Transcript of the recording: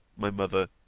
my mother,